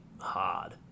hard